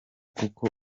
kuko